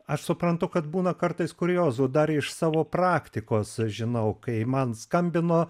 aš suprantu kad būna kartais kuriozų dar iš savo praktikos žinau kai man skambino